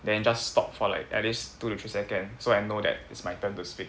then just stop for like at least two to three second so I know that it's my turn to speak